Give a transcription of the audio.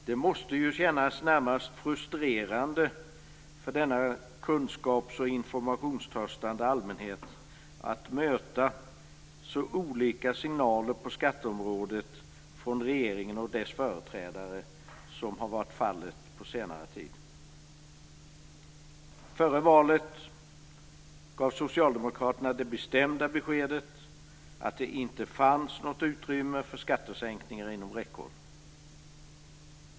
Det måste ju kännas närmast frustrerande för denna kunskaps och informationstörstande allmänhet att möta så olika signaler på skatteområdet från regeringen och dess företrädare som har varit fallet på senare tid. Före valet gav socialdemokraterna det bestämda beskedet att det inte fanns något utrymme för skattesänkningar inom räckhåll.